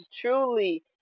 truly